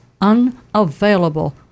unavailable